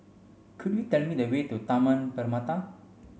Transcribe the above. could you tell me the way to Taman Permata